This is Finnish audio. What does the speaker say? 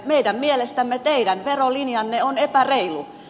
meidän mielestämme teidän verolinjanne on epäreilu